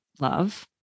love